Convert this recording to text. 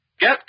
get